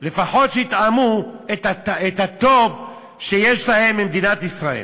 לפחות שיטעמו את הטוב שיש להם ממדינת ישראל.